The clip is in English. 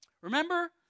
remember